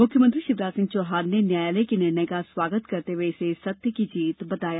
मुख्यमंत्री शिवराज सिंह चौहान ने न्यायालय के निर्णय का स्वागत करते हुए इसे सत्य की जीत बताया